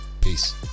Peace